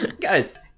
Guys